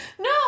No